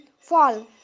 fall